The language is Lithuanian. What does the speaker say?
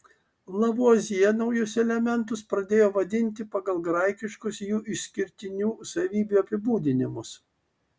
lavuazjė naujus elementus pradėjo vadinti pagal graikiškus jų išskirtinių savybių apibūdinimus